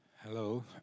Hello